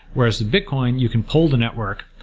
whereas bitcoin, you can pull the network,